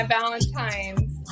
Valentine's